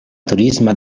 turisma